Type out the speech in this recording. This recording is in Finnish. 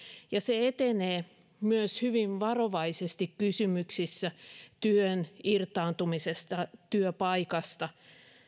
ja se etenee myös hyvin varovaisesti kysymyksissä työn irtaantumisesta työpaikasta